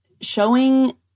showing